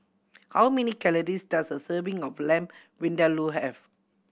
how many calories does a serving of Lamb Vindaloo have